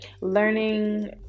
learning